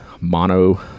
mono